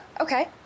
okay